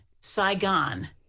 Saigon